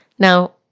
Now